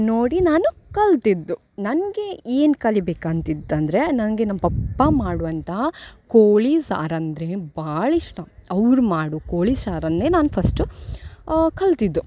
ನೋಡಿ ನಾನು ಕಲ್ತಿದ್ದು ನನಗೆ ಏನು ಕಲಿಬೇಕು ಅಂತಿತ್ತಂದರೆ ನನಗೆ ನನ್ನ ಪಪ್ಪ ಮಾಡುವಂಥ ಕೋಳಿ ಸಾರು ಅಂದರೆ ಭಾಳ ಇಷ್ಟ ಅವ್ರು ಮಾಡು ಕೋಳಿ ಸಾರನ್ನೇ ನಾನು ಫಸ್ಟು ಕಲ್ತಿದ್ದು